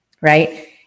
right